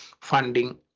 funding